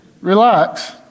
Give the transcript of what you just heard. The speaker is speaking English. Relax